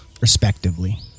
respectively